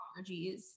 allergies